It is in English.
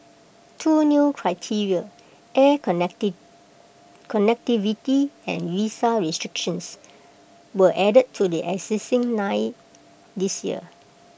two new criteria air connect connectivity and visa restrictions were added to the existing nine this year